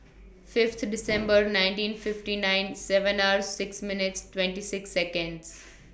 Fifth December nineteen fifty nine seven R six minutes twenty six Seconds